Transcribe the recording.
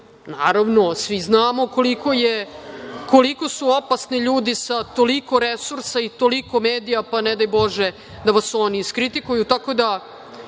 naravno, svi znamo koliko su opasni ljudi sa toliko resursa i toliko medija, pa ne daj Bože da vas oni iskritikuju,